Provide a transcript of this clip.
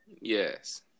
Yes